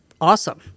awesome